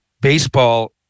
baseball